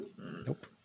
Nope